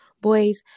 boys